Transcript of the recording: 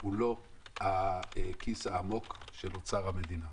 הוא לא הכיס העמוק של אוצר המדינה.